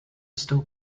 still